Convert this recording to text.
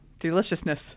Deliciousness